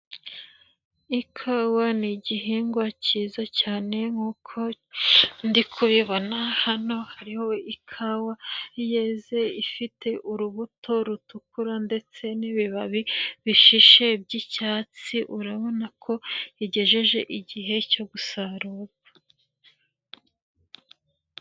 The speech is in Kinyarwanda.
Ikawa ni igihingwa cyiza cyane nkuko ndi kubibona hano hariho ikawa yeze ifite urubuto rutukura ndetse n'ibibabi bishishe by'icyatsi, urabona ko igejeje igihe cyo gusarurwa.